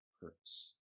hurts